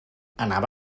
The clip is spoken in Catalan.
anava